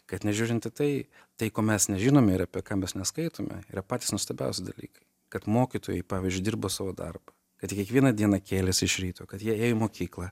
kad nežiūrint į tai tai ko mes nežinom ir apie ką mes neskaitome yra patys nuostabiausi dalykai kad mokytojai pavyzdžiui dirbo savo darbą kad kiekvieną dieną kėlėsi iš ryto kad jie ėjo į mokyklą